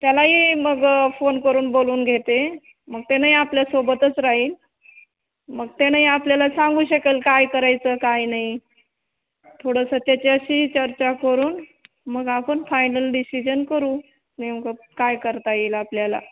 त्यालाही मग फोन करून बोलवून घेते मग त्यानंही आपल्यासोबतच राहील मग त्यानंही आपल्याला सांगू शकंल काय करायचं काय नाही थोडंसं त्याच्याशी चर्चा करून मग आपण फायनल डिश्शिजन करू नेमकं काय करता येईल आपल्याला